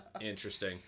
interesting